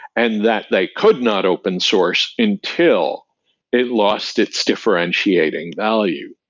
and that they could not open source until it lost its differentiating value.